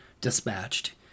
dispatched